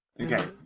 Okay